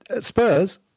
Spurs